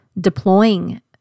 deploying